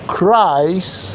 Christ